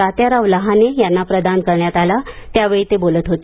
तात्याराव लहाने यांना प्रदान करण्यात आला त्यावेळी ते बोलत होते